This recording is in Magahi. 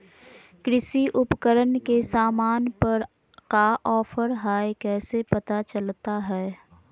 कृषि उपकरण के सामान पर का ऑफर हाय कैसे पता चलता हय?